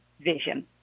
vision